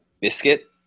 biscuit